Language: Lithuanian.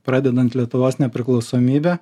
pradedant lietuvos nepriklausomybe